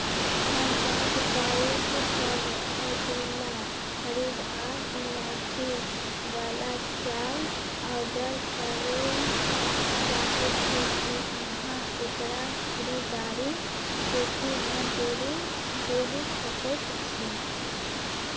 हम पाँच पाउच सभ ओडिला हरैद आ इलायची वला चाय ऑर्डर करय चाहै छी की अहाँ एकरा खरीदारी सूचीमे जोरि जोरि सकैत छी